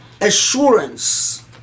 assurance